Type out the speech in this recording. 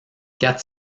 quatre